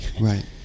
Right